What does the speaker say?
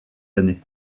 années